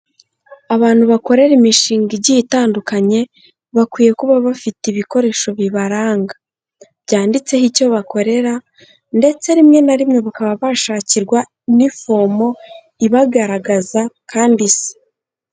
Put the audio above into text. Abantu bakorera imishinga igiye itandukanye bakwiye kuba bafite ibikoresho bibaranga. Byanditseho icyo bakorera ndetse rimwe na rimwe bakaba bashakirwa inifomo ibagaragaza kandi isa.